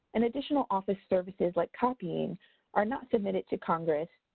an additional office services like copying are not submitted to congress.